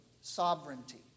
sovereignty